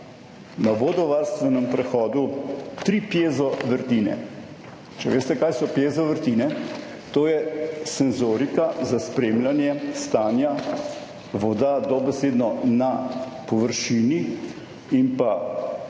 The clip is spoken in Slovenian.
na vodovarstvenem prehodu tri piezo vrtine. Če veste, kaj so piezo vrtine? To je senzorika za spremljanje stanja voda dobesedno na površini in pa